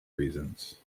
reasons